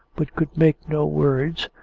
but could make no words,